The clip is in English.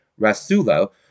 Rasulo